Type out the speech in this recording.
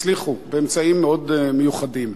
הצליחו באמצעים מאוד מיוחדים.